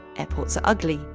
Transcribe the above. airports are ugly.